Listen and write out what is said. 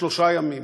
בשלושה ימים.